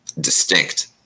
distinct